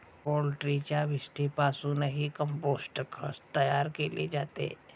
पोल्ट्रीच्या विष्ठेपासूनही कंपोस्ट खत तयार केले जाते